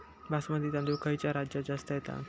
बासमती तांदूळ खयच्या राज्यात जास्त येता?